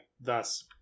thus